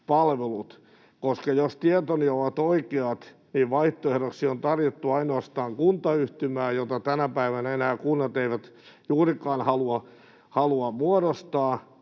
Jos tietoni ovat oikeat, niin vaihtoehdoiksi on tarjottu ainoastaan kuntayhtymää, joita tänä päivänä enää kunnat eivät juurikaan halua muodostaa,